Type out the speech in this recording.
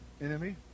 enemy